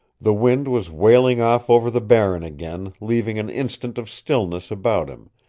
the wind was wailing off over the barren again, leaving an instant of stillness about him.